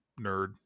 nerd